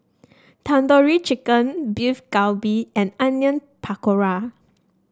Tandoori Chicken Beef Galbi and Onion Pakora